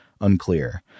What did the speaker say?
Unclear